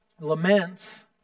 Laments